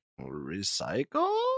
Recycle